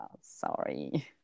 sorry